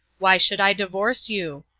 why should i divorce you?